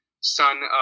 son